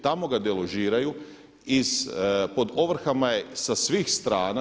Tamo ga deložiraju, pod ovrhama je sa svih strana.